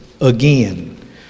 again